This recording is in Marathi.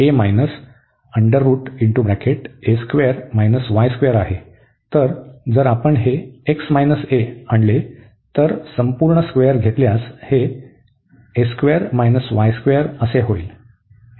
तर जर आपण हे आणले आणि संपूर्ण स्क्वेअर घेतल्यास हे होईल